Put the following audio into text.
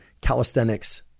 calisthenics